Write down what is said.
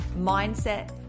mindset